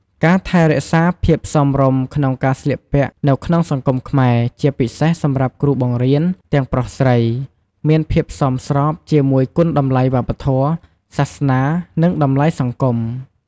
ការថែរក្សាភាពសមរម្យក្នុងការស្លៀកពាក់នៅក្នុងសង្គមខ្មែរ ជាពិសេសសម្រាប់គ្រូបង្រៀនទាំងប្រុសស្រី មានភាពសមស្របជាមួយគុណតម្លៃវប្បធម៌ សាសនា និង តម្លៃសង្គម។